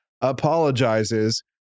apologizes